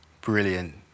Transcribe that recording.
Brilliant